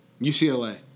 UCLA